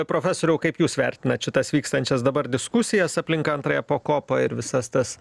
profesoriau kaip jūs vertinat šitas vykstančias dabar diskusijas aplink antrąją pakopą ir visas tas